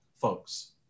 folks